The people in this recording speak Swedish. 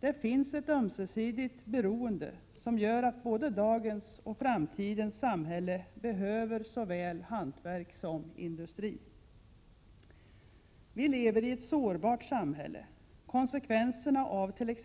Det finns ett ömsesidigt beroende, som gör att både dagens och framtidens samhälle behöver såväl hantverk som industri. Vi lever i ett sårbart samhälle. Konsekvenserna av t.ex.